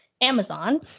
Amazon